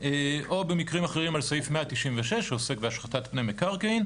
או במקרים אחרים על סעיף 196 שעוסק בהשחתת פני מקרקעין.